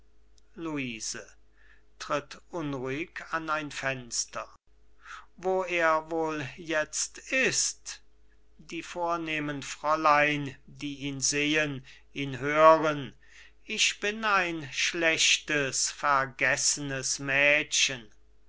fenster wo er wohl jetzt ist die vornehmen fräulein die ihn sehen ihn hören ich bin ein schlechtes vergessenes mädchen